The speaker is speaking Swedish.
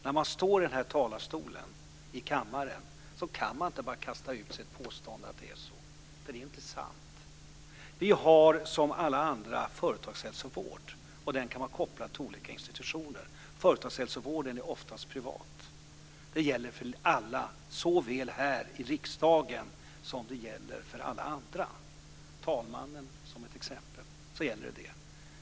När man står i den här talarstolen i kammaren kan man inte kasta ur sig ett påstående om att det är så, för det är inte sant. Vi har företagshälsovård som alla andra, och den kan vara kopplad till olika institutioner. Företagshälsovård är oftast privat. Det gäller väl för alla, såväl för oss här i riksdagen som för alla andra. Det gäller t.ex. för talmannen.